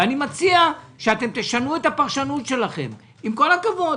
אני מציע שאתם תשנו את הפרשנות שלכם, עם כל הכבוד.